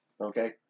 Okay